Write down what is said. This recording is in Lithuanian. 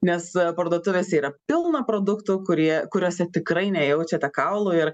nes parduotuvėse yra pilna produktų kurie kuriose tikrai nejaučiate kaulų ir